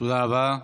תודה רבה.